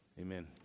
amen